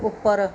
ਉੱਪਰ